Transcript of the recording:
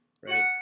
right